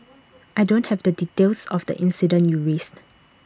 I don't have the details of the incident you raised